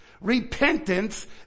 repentance